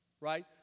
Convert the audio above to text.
right